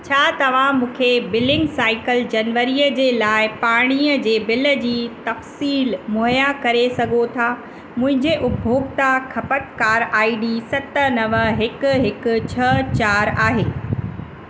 छा तव्हां मूंखे बिलिंग साइकल जनवरीअ जे लाइ पाणीअ जे बिल जी तफ़सीलु मुहैया करे सघो था मुंहिंजे उपभोक्ता खपतकार आई डी सत नव हिकु हिकु छह चारि आहे